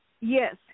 Yes